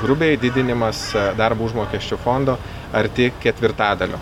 grubiai didinimas darbo užmokesčio fondo arti ketvirtadalio